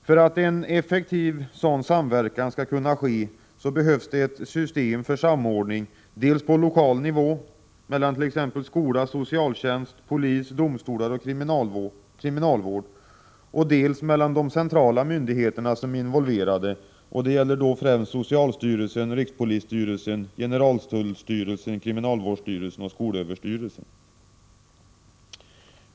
För att en effektiv sådan samverkan skall kunna ske behövs ett system för samordning dels på lokal nivå mellan t.ex. skola, socialtjänst, polis, domstolar och kriminalvård, dels mellan de centrala myndigheter som är involverade — det gäller främst socialstyrelsen, rikspolisstyrelsen, generaltullstyrelsen, kriminalvårdsstyrelsen och skolöverstyrelsen.